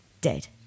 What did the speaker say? dead